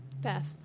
Beth